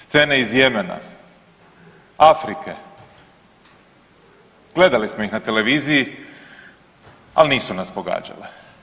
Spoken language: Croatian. Scene iz Jemena, Afrike, gledali smo ih na televiziji, ali nisu nas pogađale.